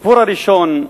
הסיפור הראשון,